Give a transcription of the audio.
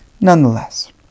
Nonetheless